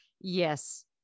Yes